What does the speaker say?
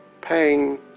pain